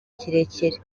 kirekire